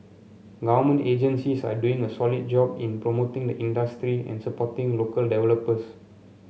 government agencies are doing a solid job in promoting the industry and supporting local developers